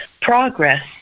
Progress